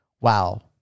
Wow